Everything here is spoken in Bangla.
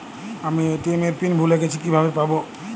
আমি এ.টি.এম এর পিন ভুলে গেছি কিভাবে পাবো?